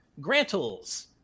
Grantles